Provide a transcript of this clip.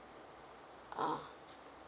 ah